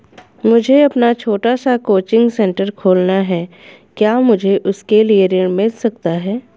मुझे अपना छोटा सा कोचिंग सेंटर खोलना है क्या मुझे उसके लिए ऋण मिल सकता है?